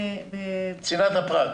בצנעת הפרט.